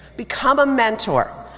become a mentor.